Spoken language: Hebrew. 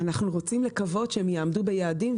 אנחנו רוצים לקוות שהם יעמדו ביעדים,